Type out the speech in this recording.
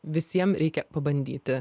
visiem reikia pabandyti